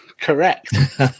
correct